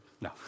no